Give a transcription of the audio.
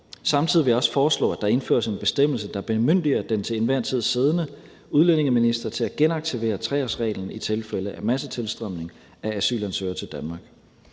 Samtidig vil jeg også foreslå, at der indføres en bestemmelse, der bemyndiger den til enhver tid siddende udlændingeminister til at genaktivere 3-årsreglen i tilfælde af massetilstrømning af asylansøgere til Danmark.